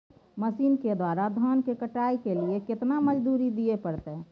Machine के द्वारा धान की कटाइ के लिये केतना मजदूरी दिये परतय?